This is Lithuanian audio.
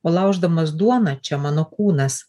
o lauždamas duoną čia mano kūnas